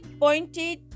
pointed